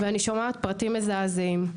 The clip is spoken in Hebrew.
ואני שומעת פרטים מזעזעים,